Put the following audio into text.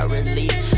release